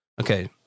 Okay